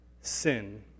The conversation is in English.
sin